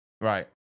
Right